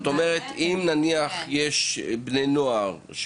זאת אומרת שאם נניח יש בני נוער,